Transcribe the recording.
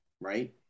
Right